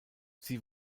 sie